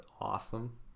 awesome